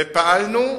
פעלנו,